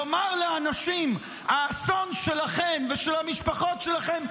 לומר לאנשים: האסון שלכם ושל המשפחות שלכם,